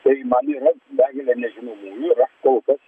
tai man yra begalė nežinomųjų yra kol kas